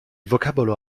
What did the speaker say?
vocabolo